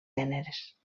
gèneres